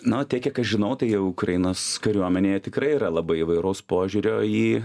na tiek kiek aš žinau tai jau ukrainos kariuomenėje tikrai yra labai įvairaus požiūrio į